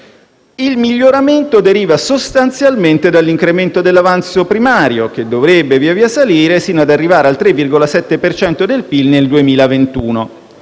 Il miglioramento deriva sostanzialmente dall'incremento dell'avanzo primario, che dovrebbe via via salire sino ad arrivare al 3,7 per cento del PIL nel 2021.